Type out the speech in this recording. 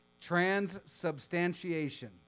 Transubstantiation